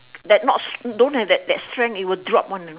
that not don't have that that strength it will drop one you know